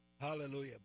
Hallelujah